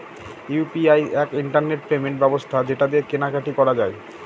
UPI এক internet payment ব্যবস্থা যেটা দিয়ে কেনা কাটি করা যায়